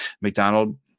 McDonald